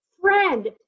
friend